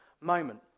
moment